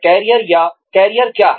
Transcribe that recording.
career क्या है